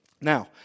Now